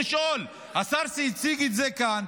השר שהציג את זה כאן,